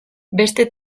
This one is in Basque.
beste